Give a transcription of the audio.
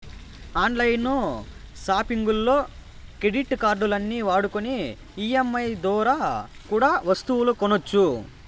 on line సాపింగుల్లో credit కార్డుల్ని వాడుకొని ఈ.ఎం.ఐ దోరా కూడా ఒస్తువులు కొనొచ్చు